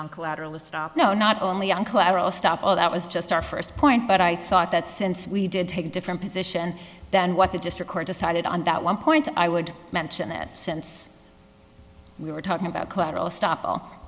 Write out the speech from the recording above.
on collateral a stop no not only on collateral stop all that was just our first point but i thought that since we did take a different position than what the district court decided on that one point i would mention it since we were talking about collateral estop